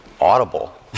Audible